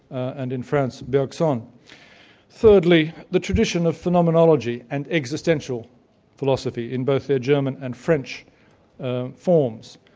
and, in france, bergson. thirdly, the tradition of phenomenology and existential philosophy in both their german and french ah forms.